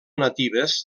natives